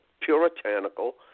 puritanical